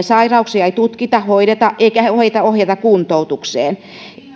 sairauksia ei tutkita eikä hoideta eikä heitä ohjata kuntoutukseen